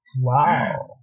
wow